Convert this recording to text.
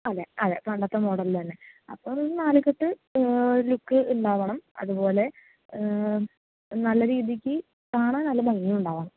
അതെ അതെ പണ്ടത്തെ മോഡലിൽ തന്നെ അപ്പം ഒരു നാലുകെട്ട് ലുക്ക് ഉണ്ടാവണം അതുപോലെ നല്ല രീതിയ്ക്ക് കാണാൻ നല്ല ഭംഗി ഉണ്ടാവണം